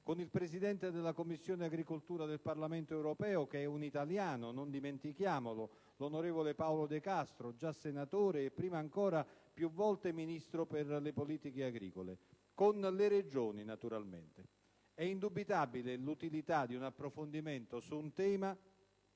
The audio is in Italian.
con il Presidente della Commissione agricoltura del Parlamento europeo, che è un italiano - non dimentichiamolo - l'onorevole Paolo De Castro, già senatore e prima ancora più volte Ministro per le politiche agricole, e naturalmente con le Regioni. È indubitabile l'utilità di un approfondimento su un tema